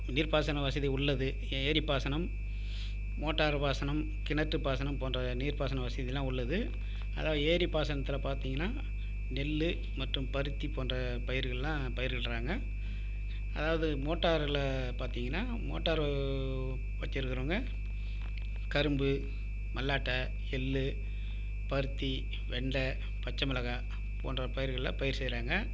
நீர்ப் பாசன வசதி உள்ளது ஏரிப் பாசனம் மோட்டார் பாசனம் கிணற்றுப் பாசனம் போன்ற நீர் பாசன வசதி எல்லாம் உள்ளது அதாவது ஏரி பாசனத்தில் பார்த்திங்கன்னா நெல் மற்றும் பருத்தி போன்ற பயிர்கள்லாம் பயிரிடுறாங்க அதாவது மோட்டாரில் பார்த்திங்கன்னா மோட்டாரு வச்சுருக்கிறவங்க கரும்பு மல்லாட்டை எள் பருத்தி வெண்டை பச்சமிளகாய் போன்ற பயர்களை பயிர் செய்யறாங்க